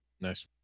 Nice